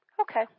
Okay